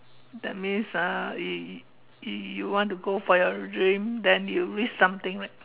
that means ah you you you you want to go for your dream then you risk something right